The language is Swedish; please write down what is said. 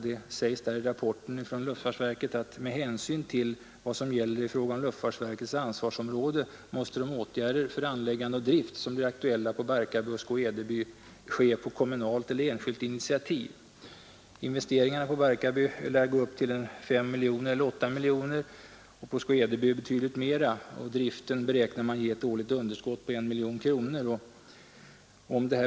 Det sägs i rapporten från luftfartsverkets driftavdelning: ”Med hänsyn till vad som gäller i fråga om luftfartsverkets ansvarsområde, måste de åtgärder för anläggande och drift som blir aktuella på Barkarby och Skå-Edeby ——— ske på kommunalt eller enskilt initiativ.” Investeringarna på Barkarby lär gå upp till 5 miljoner kronor eller 8 miljoner kronor och för Skå-Edeby blir de betydligt större. Driften beräknar man kommer att ge ett årligt underskott på 1 miljon kronor beträffande Barkarby.